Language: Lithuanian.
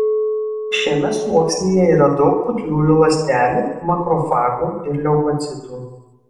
šiame sluoksnyje yra daug putliųjų ląstelių makrofagų ir leukocitų